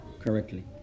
correctly